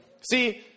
See